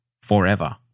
forever